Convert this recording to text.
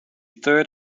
third